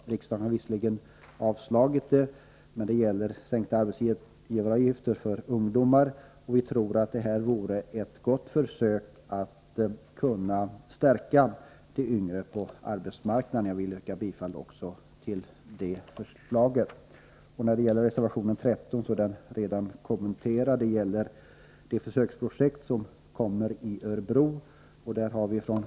Vårt förslag, som gäller sänkta arbetsgivaravgifter för ungdomar, har riksdagen visserligen avslagit tidigare, men vi tror ändå att det skulle vara ett bra försök att stärka de yngres ställning på arbetsmarknaden. Jag yrkar bifall också till det förslaget. Reservation 13, som handlar om det försöksprojekt som genomförs i Örebro, har redan kommenterats.